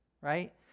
right